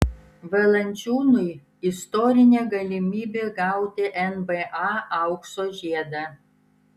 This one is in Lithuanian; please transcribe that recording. valančiūnui istorinė galimybė gauti nba aukso žiedą